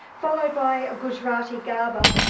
followed by gujarati garba.